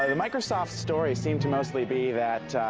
ah microsoft's story seems to mostly be that.